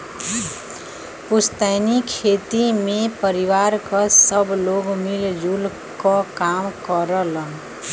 पुस्तैनी खेती में परिवार क सब लोग मिल जुल क काम करलन